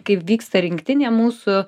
kai vyksta rinktinė mūsų